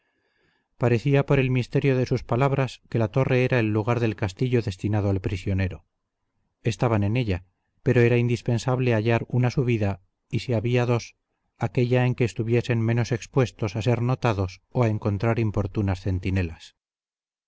parecía por el misterio de sus palabras que la torre era el lugar del castillo destinado al prisionero estaban en ella pero era indispensable hallar una subida y si había dos aquélla en que estuviesen menos expuestos a ser notados o a encontrar importunas centinelas